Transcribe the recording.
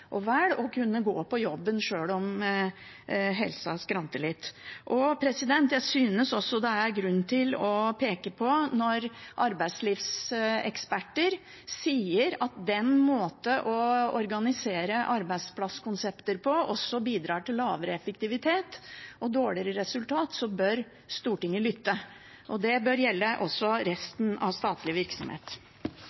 og vel og kunne gå på jobben sjøl om helsa skranter litt. Jeg synes også det er grunn til å peke på at når arbeidslivseksperter sier at den måten å organisere arbeidsplasskonsepter på bidrar til lavere effektivitet og dårligere resultat, bør Stortinget lytte. Det bør gjelde også